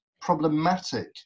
problematic